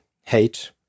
hate